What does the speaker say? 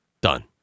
Done